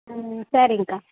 சரிங்கா